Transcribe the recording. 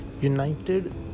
United